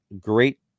great